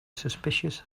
suspicious